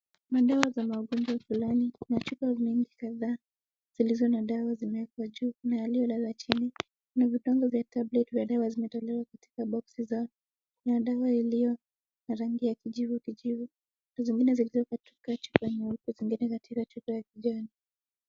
Madawa za magonjwa fulani na chupa nyingi kadhaa zilizo na dawa zimewekwa juu na yaliyo lala chini. Kuna vidonge vya tablet na dawa zimetolewa katika boksi zao na dawa iliyo na rangi ya kijivu kijivu na zingine zimetoka katika chupa nyeupe, zingine katika chupa ya kijani.